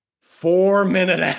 Four-minute